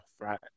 right